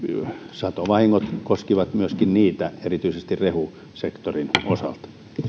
satovahingot koskivat myöskin niitä erityisesti rehusektorin osalta